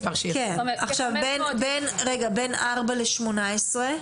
4 עד 18?